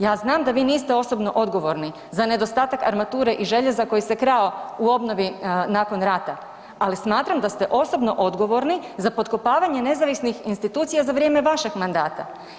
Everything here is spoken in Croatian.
Ja znam da vi niste osobno odgovorni za nedostatak armature i željeza koji se krao u obnovi nakon rata, ali smatram da ste osobno odgovorni za potkopavanje nezavisnih institucija za vrijeme vašeg mandata.